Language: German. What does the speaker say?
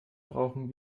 brauchen